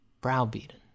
browbeaten